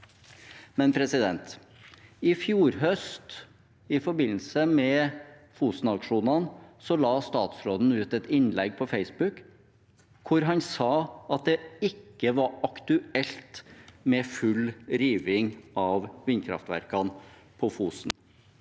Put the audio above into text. det. Men i fjor høst, i forbindelse med Fosen-aksjonene, la statsråden ut et innlegg på Facebook hvor han sa at det ikke var aktuelt med full riving av vindkraftverkene på Fosen.